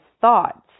thoughts